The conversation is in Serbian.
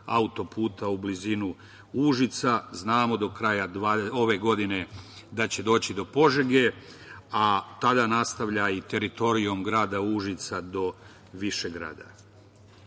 autoputa u blizinu Užica. Znamo, do kraja ove godine da će doći do Požege, a tada nastavlja i teritorijom grada Užica do Višegrada. Srbija